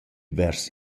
vers